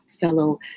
fellow